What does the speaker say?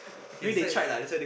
okay so